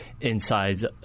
inside